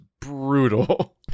brutal